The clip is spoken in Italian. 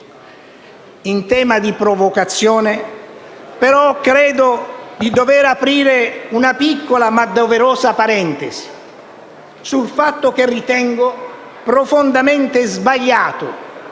In tema di provocazione, però, credo di dover aprire una piccola ma doverosa parentesi sul fatto che ritengo profondamente sbagliato